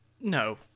no